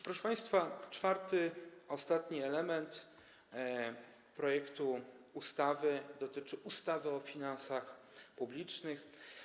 Proszę państwa, czwarty, ostatni element projektu dotyczy ustawy o finansach publicznych.